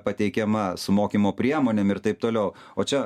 pateikiama su mokymo priemonėm ir taip toliau o čia